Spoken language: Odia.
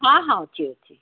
ହଁ ହଁ ଅଛି ଅଛି